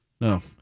No